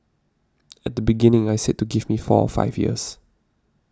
at the beginning I said to give me four or five years